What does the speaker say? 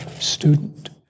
student